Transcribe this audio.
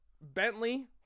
Bentley